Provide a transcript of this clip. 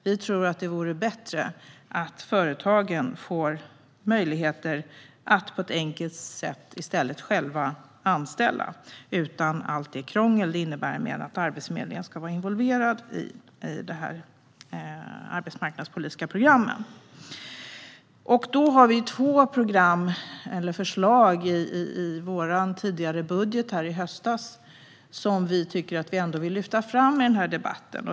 Vi tror att det vore bättre att företagen får möjligheter att på ett enkelt sätt anställa själva, utan allt det krångel det innebär att Arbetsförmedlingen ska vara involverad i de arbetsmarknadspolitiska programmen. Vi hade två förslag i vår budget i höstas som vi vill lyfta fram i den här debatten.